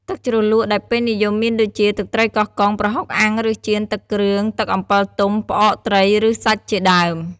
ទឹកជ្រលក់ដែលពេញនិយមមានដូចជា ទឹកត្រីកោះកុង ប្រហុកអាំងឬចៀន ទឹកគ្រឿង ទឹកអំពិលទុំ ផ្អកត្រីឬសាច់ជាដើម។